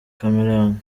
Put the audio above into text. chameleone